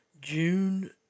June